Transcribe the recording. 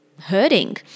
hurting